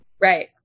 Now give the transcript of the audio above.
Right